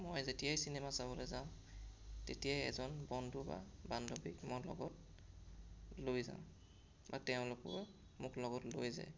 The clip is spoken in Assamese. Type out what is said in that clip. মই যেতিয়াই চিনেমা চাবলৈ যাওঁ তেতিয়াই এজন বন্ধু বা বান্ধৱীক মই লগত লৈ যাওঁ বা তেওঁলোকেও মোক লগত লৈ যায়